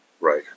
Right